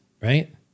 right